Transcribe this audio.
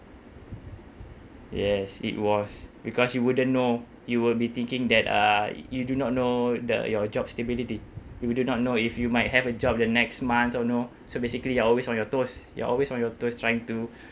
yes it was because you wouldn't know you will be thinking that uh you do not know the your job stability if you do not know if you might have a job the next month or no so basically you're always on your toes you're always on your toes trying to